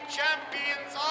Champions